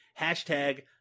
hashtag